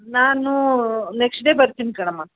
ನಾನು next day ಬರ್ತೀನಿ ಕಣಮ್ಮ